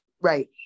Right